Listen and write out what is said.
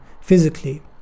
physically